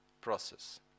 process